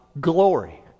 glory